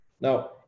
Now